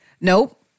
Nope